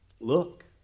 Look